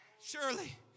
Surely